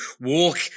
walk